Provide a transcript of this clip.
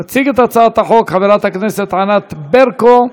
תציג את הצעת החוק ענת ברקו,